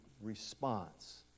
response